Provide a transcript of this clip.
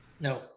No